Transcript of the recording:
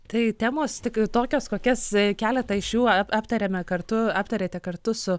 tai temos tik tokios kokias keletą iš jų aptariame kartu aptarėte kartu su